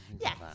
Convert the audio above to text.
Yes